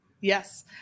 Yes